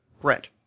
Brett